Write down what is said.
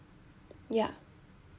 ya